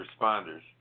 responders